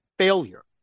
failure